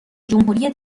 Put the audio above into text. جمهوری